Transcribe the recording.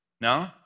No